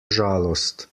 žalost